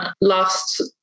last